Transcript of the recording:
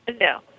No